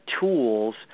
tools